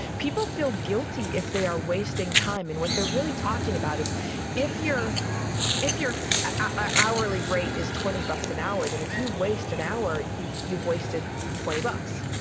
people feel guilty if they are wasting time, and what they're really talking about is if your if your hourly rate is twenty bucks an hour, then if you waste an hour, you've you've wasted twenty bucks.